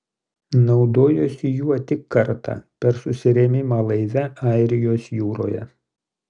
naudojosi juo tik kartą per susirėmimą laive airijos jūroje